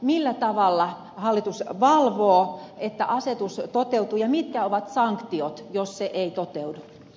millä tavalla hallitus valvoo että asetus toteutuu ja mitkä ovat sanktiot jos se ei toteudu